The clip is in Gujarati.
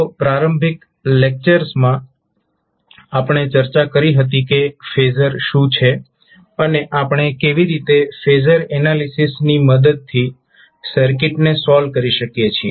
તો પ્રારંભિક લેક્ચર્સ માં આપણે ચર્ચા કરી હતી કે ફેઝર શું છે અને આપણે કેવી રીતે ફેઝર એનાલિસિસની મદદથી સર્કિટને સોલ્વ કરી શકીએ છીએ